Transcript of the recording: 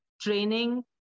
training